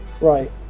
Right